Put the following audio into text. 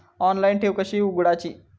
Online ठेव कशी उघडायची?